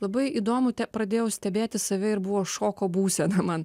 labai įdomu pradėjau stebėti save ir buvo šoko būsena man